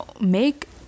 make